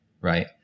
right